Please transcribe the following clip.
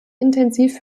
intensiv